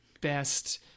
best